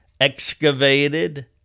excavated